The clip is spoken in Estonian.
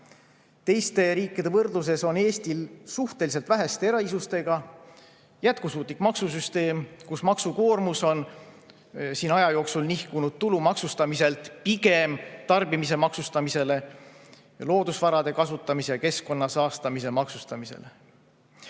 Teiste riikidega võrreldes on Eestil suhteliselt väheste erisustega jätkusuutlik maksusüsteem, [meie] maksukoormus on aja jooksul nihkunud tulu maksustamiselt pigem tarbimise maksustamisele, loodusvarade kasutamise ja keskkonna saastamise maksustamisele.